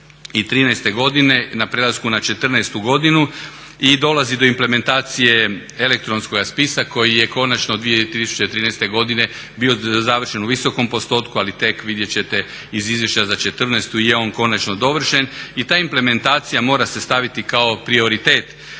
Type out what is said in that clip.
na prelasku na 2014. godinu i dolazi do implementacije elektronskoga spisa koji je konačno 2013. godine bio završen u visokom postotku ali tek, vidjet ćete iz Izvješća za 2014., je on konačno dovršen. I ta implementacija mora se staviti kao prioritet